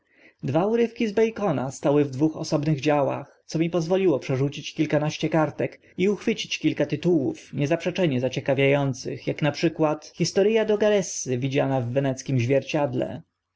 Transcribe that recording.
dwa urywki z bacona stały w dwóch osobnych działach co mi pozwoliło przerzucić kilkanaście kartek i uchwycić kilka tytułów niezaprzeczenie zaciekawia ących ak na przykład historya dogaressy widziana w weneckiem źwierciedle